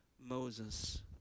Moses